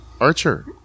Archer